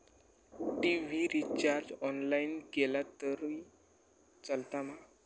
TV recharge online केला तरी चलात मा?